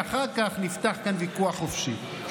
ואחר כך נפתח כאן ויכוח חופשי.